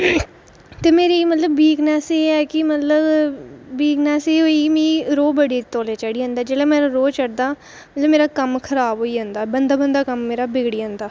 ते मेरी मतलब वीकनेस एह् ऐ कि एह् होई की मिगी रोह् बड़ी तोलै चढ़ी जंदा जेल्लै मिगी रोह् चढ़दा ते मेरा कम्म खराब होई जंदा ते बनदा बनदा कम्म मेरा बिगड़ी जंदा